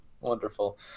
Wonderful